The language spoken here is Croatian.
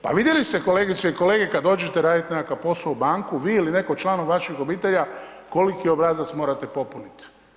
Pa vidjeli ste kolegice i kolege kad dođete raditi nekakav posao u banku vi ili netko od članova vaših obitelji koliki obrazac morate popunit.